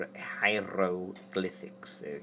Hieroglyphics